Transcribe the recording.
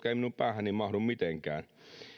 eivät minun päähäni mahdu mitenkään